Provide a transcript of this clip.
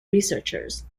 researchers